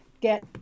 get